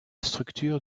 structure